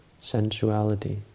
sensuality